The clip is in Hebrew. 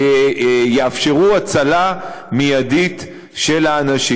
שיאפשרו הצלה מיידית של האנשים.